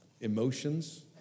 emotions